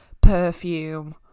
perfume